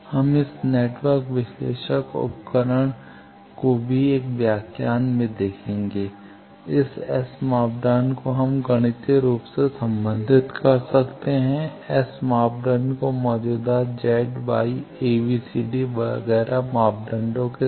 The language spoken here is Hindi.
हम इस नेटवर्क विश्लेषक उपकरण भी एक व्याख्यान में देखेंगे इस S मापदंड को हम गणितीय रूप से संबंधित कर सकते हैं S मापदंडों को मौजूदा Z Y a b c d वगैरह मापदंडों के साथ